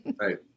Right